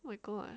my god